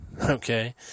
okay